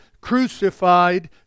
crucified